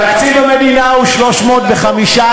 תקציב המדינה הוא 315,